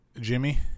Jimmy